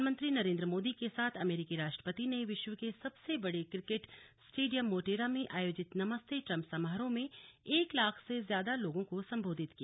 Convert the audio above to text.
प्रधानमंत्री नरेंद्र मोदी के साथ अमेरीकी राष्ट्रपति ने विश्व के सबसे बड़े क्रिकेट स्टेडियम मोटेरा में आयोजित नमस्ते ट्रंप समारोह में एक लाख से ज्यादा लोगों को संबोधित किया